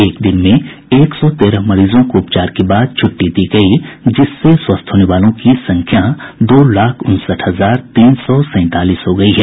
एक दिन में एक सौ तेरह मरीजों को उपचार के बाद छूट्टी दी गई जिससे स्वस्थ होने वालों की संख्या दो लाख उनसठ हजार तीन सौ सैंतालीस हो गई है